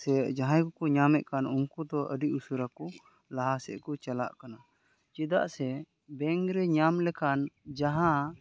ᱥᱮ ᱡᱟᱦᱟᱸᱭ ᱠᱚᱠᱚ ᱧᱟᱢᱮᱫ ᱠᱟᱱ ᱩᱱᱠᱩ ᱫᱚ ᱟᱹᱰᱤ ᱩᱥᱟᱹᱨᱟ ᱠᱚ ᱞᱟᱦᱟ ᱥᱮᱫ ᱠᱚ ᱪᱟᱞᱟᱜ ᱠᱟᱱᱟ ᱪᱮᱫᱟᱜ ᱥᱮ ᱵᱮᱝᱠ ᱨᱮ ᱧᱟᱢ ᱞᱮᱠᱷᱟᱱ ᱡᱟᱦᱟᱸ